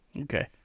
Okay